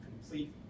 complete